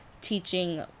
teaching